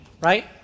right